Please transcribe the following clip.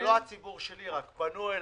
זה לא הציבור שלי, רק פנו אליי,